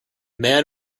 man